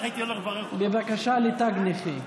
החלטה בבקשה לתג נכה),